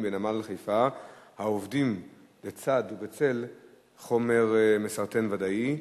בנמל חיפה העובדים והווים לצד ובצל חומר "מסרטן ודאי".